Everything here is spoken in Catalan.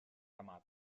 ramat